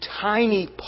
tiny